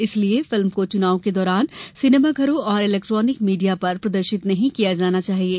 इसलिए फिल्मि को चनाव के दौरान सिनेमाघरों और इलेक्ट्रोनिक मीडिया पर प्रदर्शित नहीं किया जाना चाहिये